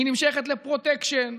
היא נמשכת לפרוטקשן,